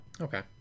Okay